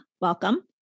welcome